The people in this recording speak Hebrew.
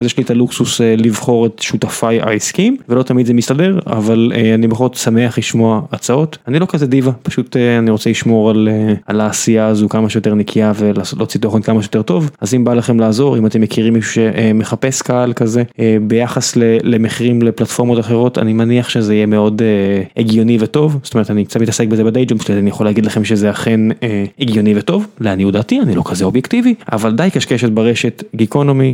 יש לי את הלוקסוס לבחור את שותפיי העסקיים ולא תמיד זה מסתדר אבל אני בכל זאת שמח לשמוע הצעות אני לא כזה דיווה פשוט אני רוצה לשמור על העשייה הזו כמה שיותר נקייה ולנסות להוציא תוכן כמה שיותר טוב אז אם בא לכם לעזור, אם אתם מכירים מישהו שמחפש קהל כזה ביחס למחירים לפלטפורמות אחרות אני מניח שזה יהיה מאוד הגיוני וטוב. זאת אומרת, אני קצת מתעסק בזה בדיי ג׳וב שלי אז אני יכול להגיד לכם שזה אכן הגיוני וטוב לעניות דעתי, אני לא כזה אובייקטיבי. אבל די קשקשת ברשת גיקונומי